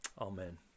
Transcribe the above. Amen